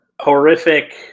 horrific